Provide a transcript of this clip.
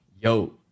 Yo